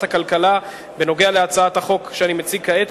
הכלכלה על הצעת החוק שאני מציג כעת,